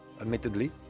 Admittedly